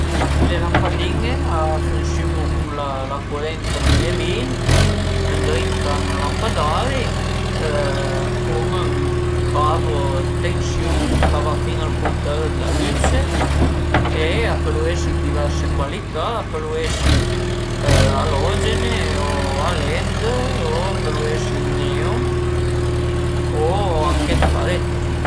Le lampadine a funsiun-u cun la curent a dui e vint ëndrinta a ün lampadari cun ün cavo dë tensiun ch'a va fin al cuntër d'la lücce e a pölu esi dë diverse cualità, a pölu esi alogene o a led o a pölu esi dë neon o anche dë faretti